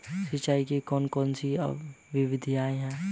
सिंचाई की कौन कौन सी विधियां हैं?